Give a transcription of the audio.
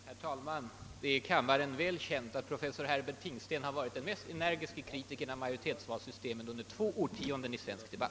Herr talman! Det är känt för kammaren att professor Herbert Tingsten under två årtionden var den mest energiske kritikern i svensk debatt av majoritetsvalsystemet.